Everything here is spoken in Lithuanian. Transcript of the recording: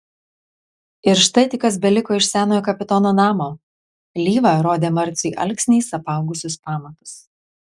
ir štai tik kas beliko iš senojo kapitono namo lyva rodė marciui alksniais apaugusius pamatus